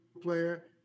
player